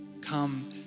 Come